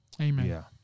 Amen